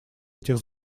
этих